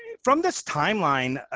from this timeline,